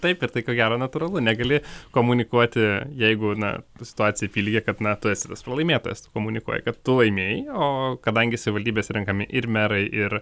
taip ir tai ko gero natūralu negali komunikuoti jeigu na situacija apylygė kad na tu esi tas pralaimėtojas tu komunikuoji kad tu laimėjai o kadangi savivaldybėse renkami ir merai ir